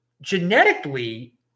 genetically